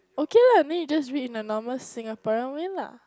okay lah then you just read in a normal Singaporean way lah